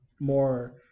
more